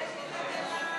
תקלה.